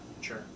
Sure